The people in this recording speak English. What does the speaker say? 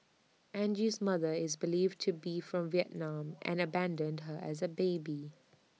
Angie's mother is believed to be from Vietnam and abandoned her as A baby